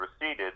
receded